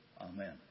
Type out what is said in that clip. Amen